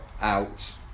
out